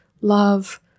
love